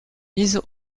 mise